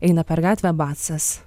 eina per gatvę basas